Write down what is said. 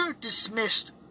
dismissed